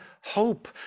hope